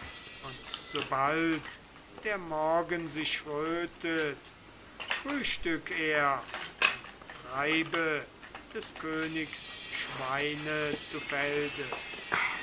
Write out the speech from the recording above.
und sobald der morgen sich rötet frühstück er und treibe des königes schweine zu felde